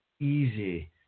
easy